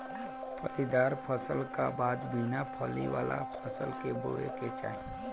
फलीदार फसल का बाद बिना फली वाला फसल के बोए के चाही